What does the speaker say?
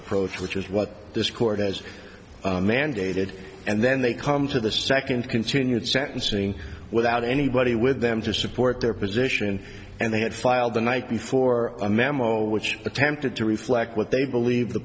approach which is what this court as mandated and then they come to the second continued sentencing without anybody with them to support their position and they had filed the night before a memo which attempted to reflect what they believe the